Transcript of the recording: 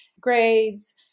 grades